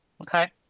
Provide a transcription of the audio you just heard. okay